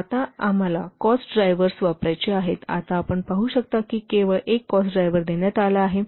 आताआम्हाला cost drivers वापरायचे आहेत आपण पाहू शकता की केवळ एक कॉस्ट ड्रायव्हर देण्यात आला आहे